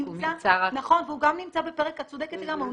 נכון, את צודקת לגמרי.